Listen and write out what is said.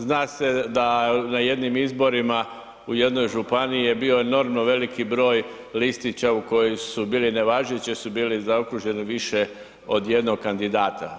Zna se da na jednim izborima u jednoj županiji je bio enormno veliki broj listića u koji su bili nevažeći jer su bili zaokruženi više od jednog kandidata.